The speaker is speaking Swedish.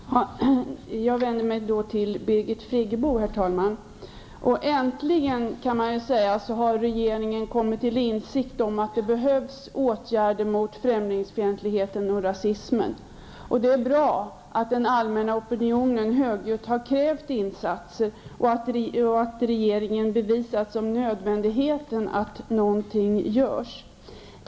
Herr talman! Jag vänder mig till Birgit Friggebo. Äntligen har regeringen kommit till insikt om att det behövs åtgärder mot främlingsfientligheten och rasismen. Det är bra att den allmänna opinionen högljutt har krävt insatser och att man har bevisat för regeringen nödvändigheten av att någonting görs.